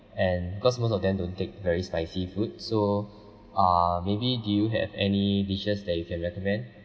and because most of them don't take very spicy food so uh maybe do you have any dishes that you can recommend